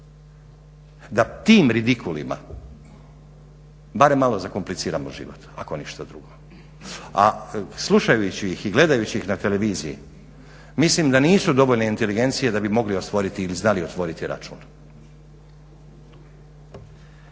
da tim ridikulima barem malo zakompliciramo život ako ništa drugo. A slušajući ih i gledajući ih na televiziji mislim da nisu dovoljne inteligencije da bi mogli otvorili ili znali otvoriti račun.